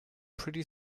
pretty